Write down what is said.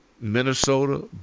Minnesota